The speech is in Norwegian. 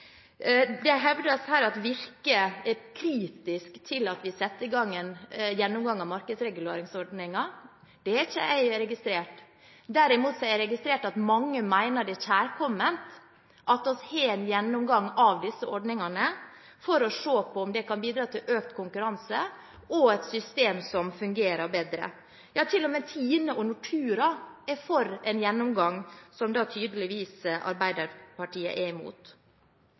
Det hevdes her at Virke er kritisk til at vi setter i gang en gjennomgang av markedsreguleringsordningen. Det har ikke jeg registrert. Derimot har jeg registrert at mange mener det er kjærkomment at vi har en gjennomgang av disse ordningene for å se på om det kan bidra til økt konkurranse og å få et system som fungerer bedre. Ja, til og med Tine og Nortura er for en gjennomgang, som da tydeligvis Arbeiderpartiet er imot.